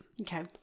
okay